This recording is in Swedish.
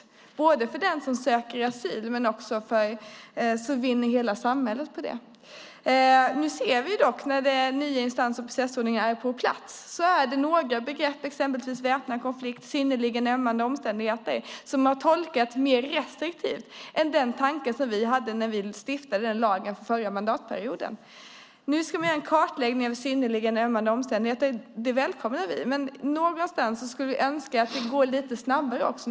Det vinner både den som söker asyl och hela samhället på. Nu ser vi dock när den nya instans och processordningen är på plats att några begrepp, exempelvis väpnad konflikt och synnerligen ömmande omständigheter, har tolkats mer restriktivt än vad vi tänkte när vi stiftade den lagen förra mandatperioden. Nu ska man göra en kartläggning av begreppet synnerligen ömmande omständigheter. Det välkomnar vi, men vi skulle önska att det går lite snabbare också.